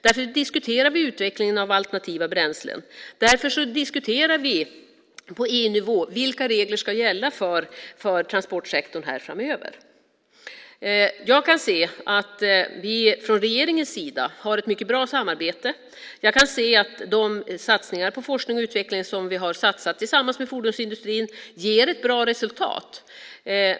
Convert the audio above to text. Därför diskuterar vi utvecklingen av alternativa bränslen. Därför diskuterar vi på EU-nivå vilka regler som framöver ska gälla för transportsektorn. Jag kan se att vi från regeringens sida har ett mycket bra samarbete. Jag kan se att de satsningar på forskning och utveckling som vi gjort tillsammans med fordonsindustrin ger ett bra resultat.